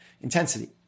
intensity